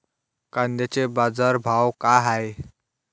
कांद्याचे बाजार भाव का हाये?